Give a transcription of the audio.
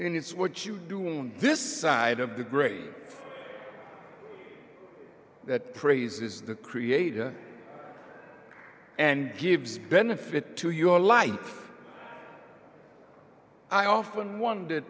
know it's what you do on this side of the grave that praises the creator and gives benefit to your life i often wonder